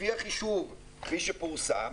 לפי החישוב כפי שפורסם,